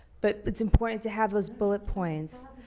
but it's important to have those bullet points.